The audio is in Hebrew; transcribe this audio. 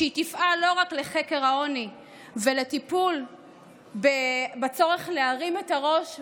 כשהיא תפעל לא רק לחקר העוני ולטיפול בצורך להרים את הראש,